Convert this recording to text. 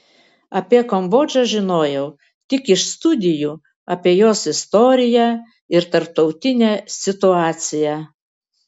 apie kambodžą žinojau tik iš studijų apie jos istoriją ir tarptautinę situaciją